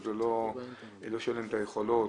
זה לא שאין להם את היכולות.